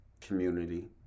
community